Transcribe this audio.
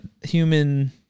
human